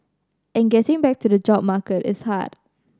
and getting back to the job market is hard